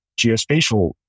geospatial